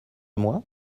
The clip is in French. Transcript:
moi